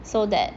so that